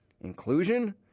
Inclusion